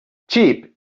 cheap